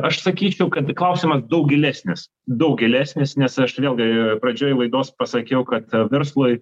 aš sakyčiau kad klausimas daug gilesnis daug gilesnis nes aš vėlgi pradžioj laidos pasakiau kad verslui